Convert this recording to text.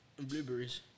blueberries